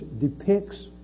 depicts